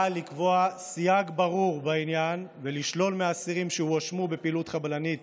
באה לקבוע סייג ברור בעניין ולשלול מאסירים שהואשמו בפעילות חבלנית